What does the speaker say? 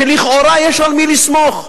שלכאורה יש על מי לסמוך.